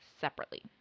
separately